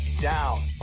down